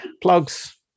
Plugs